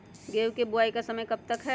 गेंहू की बुवाई का समय कब तक है?